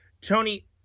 Tony